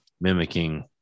Mimicking